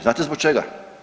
Znate zbog čega?